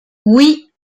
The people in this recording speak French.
oui